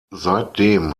seitdem